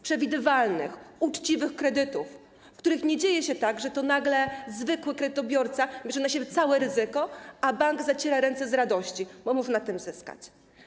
Przewidywalnych, uczciwych kredytów, w których nie dzieje się tak, że to nagle zwykły kredytobiorca bierze na siebie całe ryzyko, a bank zaciera ręce z radości, bo może na tym zyskać.